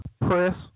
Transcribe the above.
Press